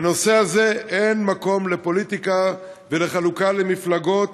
בנושא הזה אין מקום לפוליטיקה ולחלוקה למפלגות,